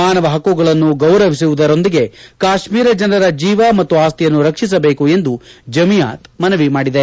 ಮಾನವ ಪಕ್ಕುಗಳನ್ನು ಗೌರವಿಸುವುದರೊಂದಿಗೆ ಕಾಶ್ಮೀರ ಜನರ ಜೀವ ಮತ್ತು ಆಶ್ತಿಯನ್ನು ರಕ್ಷಿಸಬೇಕು ಎಂದು ಜಮಿಯಾತ್ ಮನವಿ ಮಾಡಿದೆ